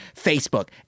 Facebook